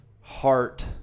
heart